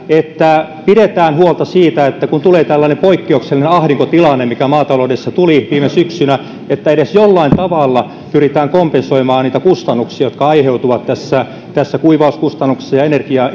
että pidetään huolta siitä kun tulee tällainen poikkeuksellinen ahdinkotilanne mikä maataloudessa tuli viime syksynä että edes jollain tavalla pyritään kompensoimaan niitä kustannuksia jotka aiheutuivat kuivauskustannuksina ja ja